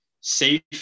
safe